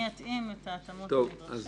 אני אתאים את ההתאמות הנדרשות.